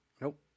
Nope